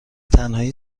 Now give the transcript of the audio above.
تنهایی